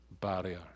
barrier